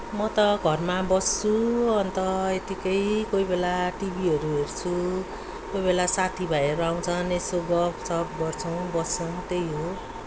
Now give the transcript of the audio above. म त घरमा बस्छु अन्त यतिकै कोही बेला टिभीहरू हेर्छु कोही बेला साथीभाइहरू आउँछन् यसो गफसफ गर्छौँ बस्छौँ त्यही हो